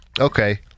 Okay